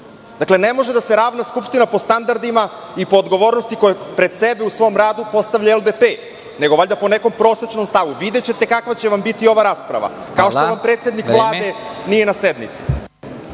Dakle, ne može da se ravan Skupština po standardima i po odgovornosti koja pred sebe u svom radu postavlja LDP nego po nekom prosečnom stavu. Videćete kakva će vam biti ova rasprava kao što vam predsednik Vlade nije na sednici.